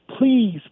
please